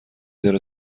داره